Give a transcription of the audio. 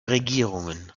regierungen